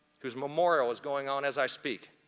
whose memorial is going on as i speak,